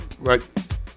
Right